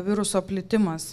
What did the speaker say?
viruso plitimas